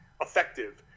effective